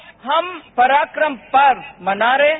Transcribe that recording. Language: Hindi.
आज हम पराक्रम पर्व मना रहे हैं